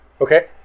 Okay